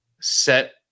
set